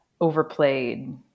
overplayed